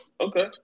Okay